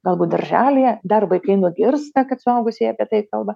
galbūt darželyje dar vaikai nugirsta kad suaugusieji apie tai kalba